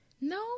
No